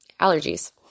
allergies